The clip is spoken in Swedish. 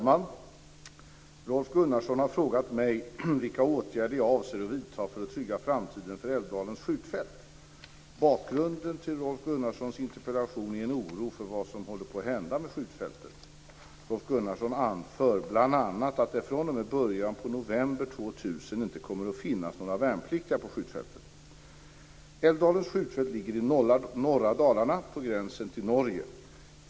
Fru talman! Rolf Gunnarsson har frågat mig vilka åtgärder jag avser att vidta för att trygga framtiden för Älvdalens skjutfält. Bakgrunden till Rolf Gunnarssons interpellation är en oro för vad som håller på att hända med skjutfältet. Rolf Gunnarsson anför bl.a. att det fr.o.m. början på november 2000 inte kommer att finnas några värnpliktiga på skjutfältet. Älvdalens skjutfält ligger i norra Dalarna på gränsen till Norge.